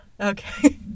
Okay